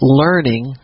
learning